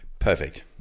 Perfect